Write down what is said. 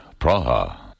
Praha